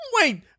Wait